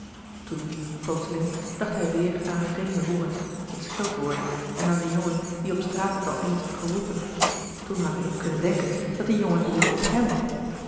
toen plotseling dacht hij weêr aan het vreemde woord het scheldwoord en aan den jongen die op straat het al eens had geroepen toen had hij niet kunnen denken dat die jongen doelde op hem